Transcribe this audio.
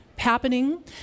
happening